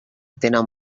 tenen